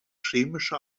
chemische